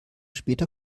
später